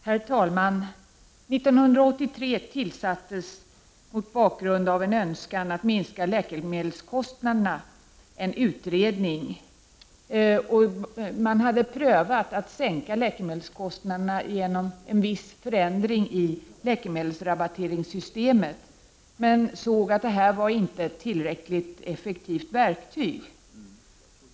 Herr talman! 1983 tillsattes en utredning mot bakgrund av en önskan att minska läkemedelskostnaderna. Man hade prövat att sänka läkemedelskostnaderna genom en viss förändring i läkemedelsrabatteringssystemet men såg att det inte var ett tillräckligt effektivt verktyg.